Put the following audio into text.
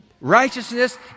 Righteousness